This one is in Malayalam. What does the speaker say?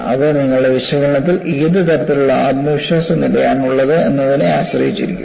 അത് നിങ്ങളുടെ വിശകലനത്തിൽ ഏത് തരത്തിലുള്ള ആത്മവിശ്വാസ നിലയാണുള്ളത് എന്നതിനെ ആശ്രയിച്ചിരിക്കും